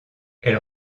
elle